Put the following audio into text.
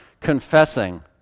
confessing